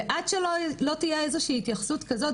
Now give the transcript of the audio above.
עד שלא תהיה איזה שהיא התייחסות כזאת,